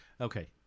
Okay